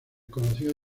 conocido